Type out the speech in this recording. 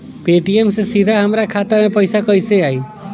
Paytm से सीधे हमरा खाता मे पईसा कइसे आई?